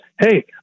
Hey